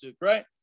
right